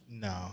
No